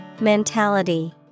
Mentality